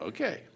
Okay